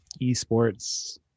esports